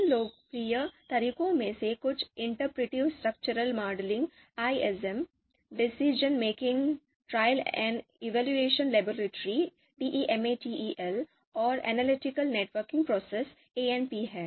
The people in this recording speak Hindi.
इन लोकप्रिय तरीकों में से कुछ interpretive structural modelling decision making trial and evaluation laboratory और एनालिटिक नेटवर्क प्रोसेस हैं